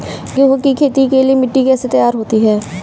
गेहूँ की खेती के लिए मिट्टी कैसे तैयार होती है?